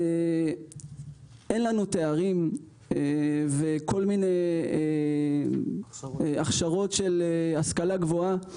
אין לנו תארים וכל מיני הכשרות של השכלה גבוהה.